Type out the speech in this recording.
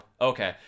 Okay